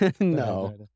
No